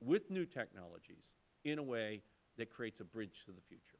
with new technologies in a way that creates a bridge to the future.